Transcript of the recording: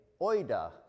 oida